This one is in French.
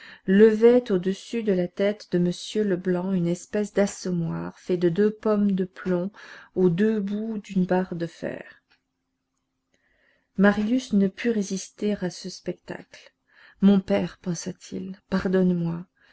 levait au-dessus de la tête de m leblanc une espèce d'assommoir fait de deux pommes de plomb aux deux bouts d'une barre de fer marius ne put résister à ce spectacle mon père pensa-t-il pardonne-moi